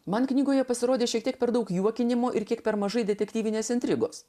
man knygoje pasirodys šiek tiek per daug juokinimo ir kiek per mažai detektyvinės intrigos